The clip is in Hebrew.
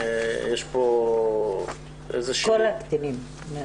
כל הקטינים?